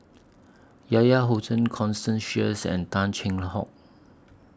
Yahya Cohen Constance Sheares and Tan Cheng Hock